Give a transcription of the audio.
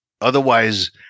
otherwise